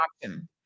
option